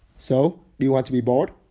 so do you want to be bored?